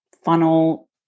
funnel